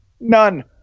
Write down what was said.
None